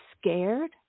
scared